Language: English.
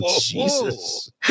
Jesus